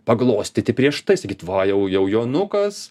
paglostyti prieš tai sakyt va jau jau jonukas